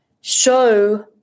show